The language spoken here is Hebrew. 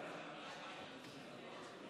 תודה רבה.